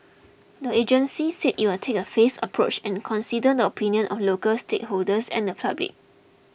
the agency said it will take a phased approach and consider the opinions of local stakeholders and the public